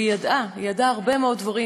והיא ידעה, היא ידעה הרבה מאוד דברים.